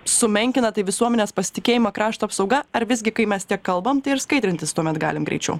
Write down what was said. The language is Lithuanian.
sumenkina tai visuomenės pasitikėjimą krašto apsauga ar visgi kai mes kalbam tai ir skaidrintis tuomet galim greičiau